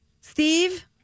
Steve